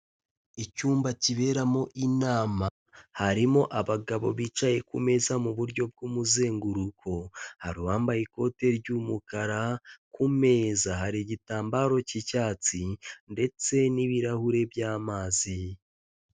Icyumba kiberamo inama, harimo abagabo bicaye ku meza mu buryo bw'umuzenguruko, hari uwambaye ikote ry'umukara, ku meza hari igitambaro k'icyatsi ndetse n'ibirahure by'amazi.